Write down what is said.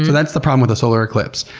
that's the problem with a solar eclipse.